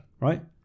right